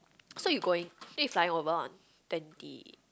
so you going it's flying over on twenty